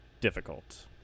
difficult